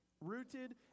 rooted